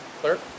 clerk